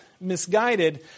misguided